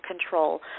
control